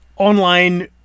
online